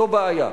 זו בעיה.